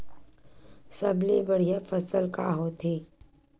सबले बढ़िया फसल का होथे?